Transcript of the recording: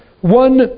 one